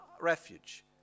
refuge